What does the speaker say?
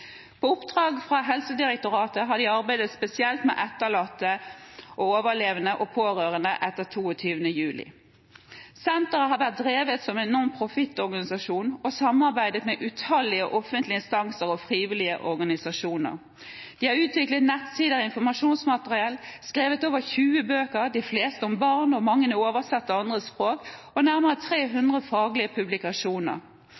På oppdrag fra Helsedirektoratet har de arbeidet spesielt med etterlatte, overlevende og pårørende etter 22. juli. Senteret har vært drevet som en non-profit-organisasjon, og de har samarbeidet med utallige offentlige instanser og frivillige organisasjoner. De har utviklet nettsider med informasjonsmateriell, skrevet over 20 bøker – de fleste om barn, og mange er oversatt til andre språk – og nærmere 300 faglige publikasjoner.